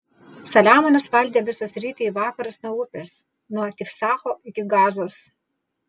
saliamonas valdė visą sritį į vakarus nuo upės nuo tifsacho iki gazos